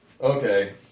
okay